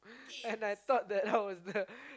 and I thought that I was the